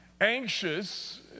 Anxious